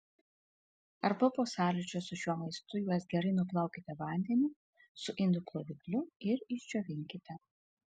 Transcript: arba po sąlyčio su šiuo maistu juos gerai nuplaukite vandeniu su indų plovikliu ir išdžiovinkite